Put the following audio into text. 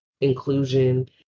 inclusion